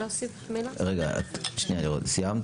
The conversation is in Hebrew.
האם סיימת?